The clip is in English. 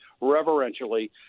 reverentially